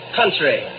country